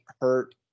hurt